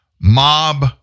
Mob